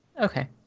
Okay